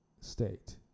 state